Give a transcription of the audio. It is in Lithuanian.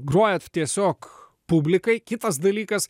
grojat tiesiog publikai kitas dalykas